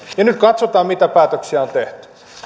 ja nyt katsotaan mitä päätöksiä on tehty